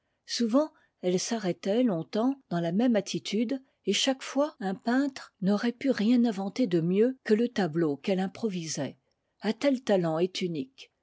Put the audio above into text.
souvent elle s'arrêtait longtemps dans la même attitude et chaque fois un peintre n'aurait pu rien inventer de mieux que le tableau qu'elle improvisait un tel talent est unique